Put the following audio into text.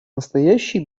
настоящий